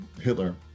Hitler